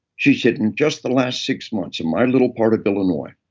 she said, in just the last six months in my little part of illinois,